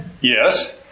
yes